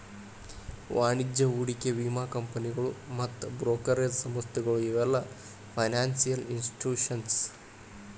ವಾಣಿಜ್ಯ ಹೂಡಿಕೆ ವಿಮಾ ಕಂಪನಿಗಳು ಮತ್ತ್ ಬ್ರೋಕರೇಜ್ ಸಂಸ್ಥೆಗಳು ಇವೆಲ್ಲ ಫೈನಾನ್ಸಿಯಲ್ ಇನ್ಸ್ಟಿಟ್ಯೂಷನ್ಸ್